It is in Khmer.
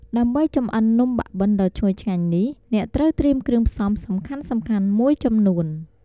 ដើម្បីចម្អិននំបាក់បិនដ៏ឈ្ងុយឆ្ងាញ់នេះ អ្នកត្រូវត្រៀមគ្រឿងផ្សំសំខាន់ៗមួយចំនួន។